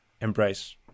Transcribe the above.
embrace